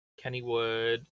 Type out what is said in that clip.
Kennywood